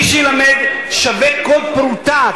מי שילמד שווה כל פרוטה,